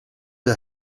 her